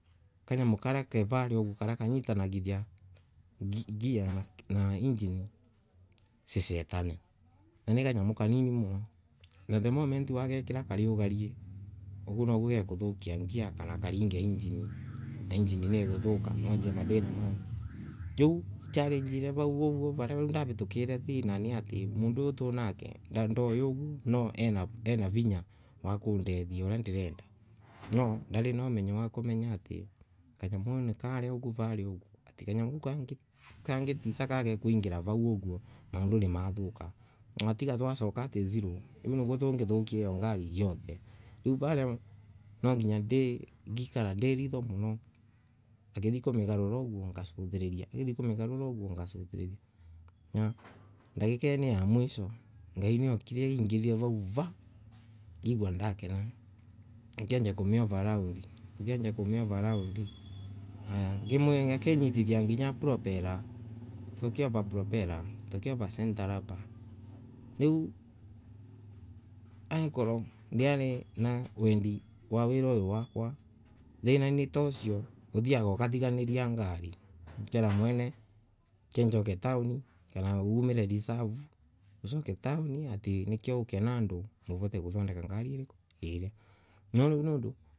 Karia varia uguo karia kangi thanagia gear na injini na ni kangamu kanini muno na moment ugikira nai ugu nigu gaguthokia gear kana karinge injini na injini na ikuthuka riu challenge iria I vau ni ati mundu uyu twinake ena vinnya wa kudethia aria nirende no ndoni na umenyo wa varia uguo wirari ta kanyamu kangi karege kwingira varia uguo maundu ni mathoka na tiga twasoka ziro undu ucio ungethokia ngari yothe nwanginya ngikana ni ritho muno ngithie kumigarura uguo ngasuthiriria na dagika ya mwisho ngai niwa ukire ya tongire vau vaa ngigua na kena ngianjia kumiuva round akinyithia nginya ngiumiva propeller riu angekurwa ndiari ne wendi wa wina uyu wakwa thina ni ta usio uthiesaga ukinira mwene asoka taon kana amire taoni uke na andu uvote guka na ngari umethondeke nu wiu niundu.